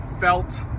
felt